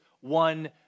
one